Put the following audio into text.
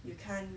you can't